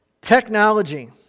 Technology